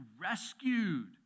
rescued